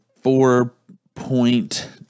four-point